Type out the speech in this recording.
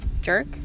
jerk